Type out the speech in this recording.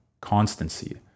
constancy